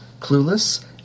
Clueless